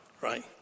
right